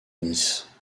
nice